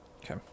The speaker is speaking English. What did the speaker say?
Okay